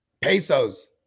Pesos